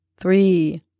three